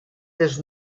dels